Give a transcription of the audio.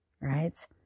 Right